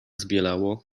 zbielało